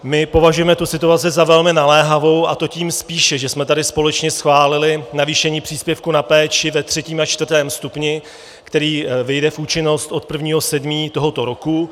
My považujeme tu situaci za velmi naléhavou, a to tím spíše, že jsme tady společně schválili navýšení příspěvku na péči ve třetím a čtvrtém stupni, který vyjde v účinnost od 1. 7. tohoto roku.